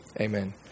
amen